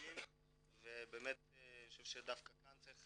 GOV.ILעושים ובאמת אני חושב שדווקא כאן צריך